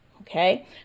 okay